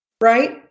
Right